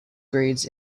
grades